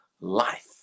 life